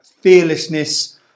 fearlessness